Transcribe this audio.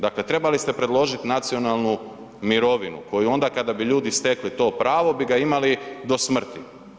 Dakle, trebali ste predložit nacionalnu mirovinu koju onda kada bi ljudi stekli to pravo bi ga imali do smrti.